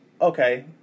okay